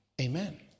amen